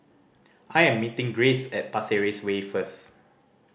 I am meeting Grayce at Pasir Ris Way first